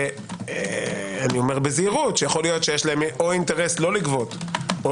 אני אומר בזהירות או יש להן אינטרס לא לגבות או